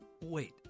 Wait